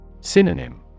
Synonym